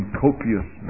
copious